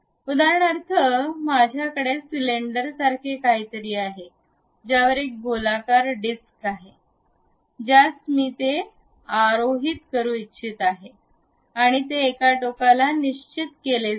उदाहरणार्थ माझ्याकडे सिलेंडरसारखे काहीतरी आहे ज्यावर एक गोलाकार डिस्क आहे ज्यास मी ते आरोहित करू इच्छित आहे आणि ते एका टोकाला निश्चित केले जावे